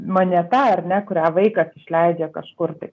moneta ar ne kurią vaikas išleidžia kažkur tai